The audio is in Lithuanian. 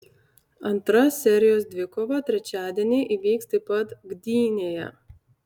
antra serijos dvikova trečiadienį įvyks taip pat gdynėje